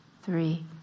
three